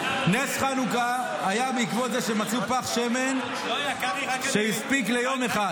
נס חנוכה היה בעקבות זה שמצאו פך שמן שהספיק ליום אחד.